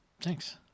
Thanks